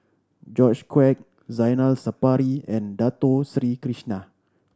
George Quek Zainal Sapari and Dato Sri Krishna